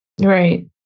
Right